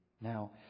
Now